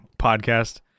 podcast